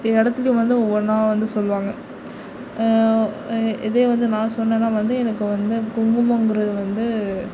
இடத்துலியும் வந்து ஒவ்வொன்னா வந்து சொல்லுவாங்க இதே வந்து நான் சொன்னன்னா வந்து எனக்கு வந்து குங்குமங்கிறது வந்து